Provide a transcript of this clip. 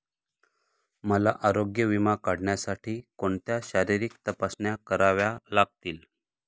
मला आरोग्य विमा काढण्यासाठी कोणत्या शारीरिक तपासण्या कराव्या लागतील?